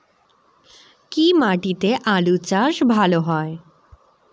কি মাটিতে আলু চাষ ভালো হয়?